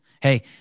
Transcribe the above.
Hey